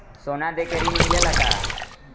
सोना देके ऋण मिलेला का?